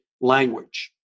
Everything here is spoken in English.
language